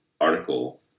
article